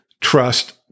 trust